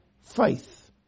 faith